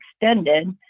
extended